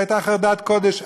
הייתה חרדת קודש,